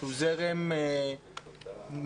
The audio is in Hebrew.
שהיא זרם מלא,